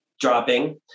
dropping